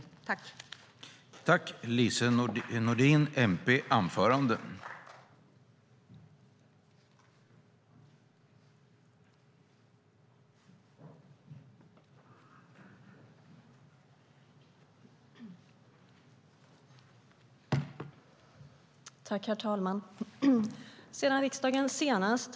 I detta anförande instämde Ingemar Nilsson, Börje Vestlund och Karin Åström .